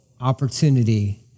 opportunity